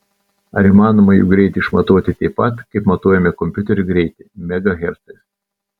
ar įmanoma jų greitį išmatuoti taip pat kaip matuojame kompiuterio greitį megahercais